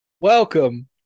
Welcome